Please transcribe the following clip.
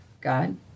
God